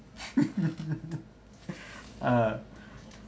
ah